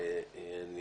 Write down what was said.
ואני